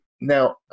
now